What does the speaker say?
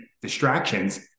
distractions